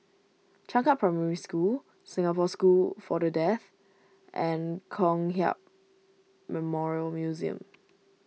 Changkat Primary School Singapore School for the Deaf and Kong Hiap Memorial Museum